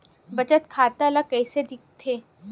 बचत खाता ला कइसे दिखथे?